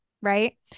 Right